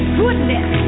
goodness